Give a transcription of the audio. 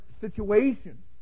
situation